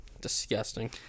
Disgusting